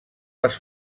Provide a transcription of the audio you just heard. les